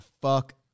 fuck